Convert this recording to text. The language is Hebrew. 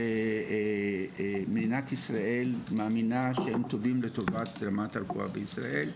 שמדינת ישראל מאמינה שהם לטובת רמת הרפואה בישראל,